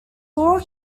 walk